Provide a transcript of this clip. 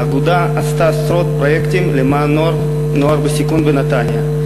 האגודה עשתה עשרות פרויקטים למען נוער בסיכון בנתניה.